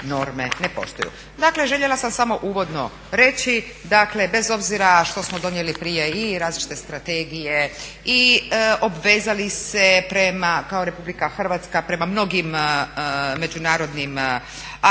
ne poštuju. Dakle, željela sam samo uvodno reći dakle bez obzira što smo donijeli prije i različite strategije i obvezali se kao RH prema mnogim međunarodnim aktima,